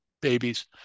babies